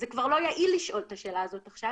זה כבר לא יעיל לשאול את השאלה הזאת עכשיו